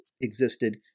existed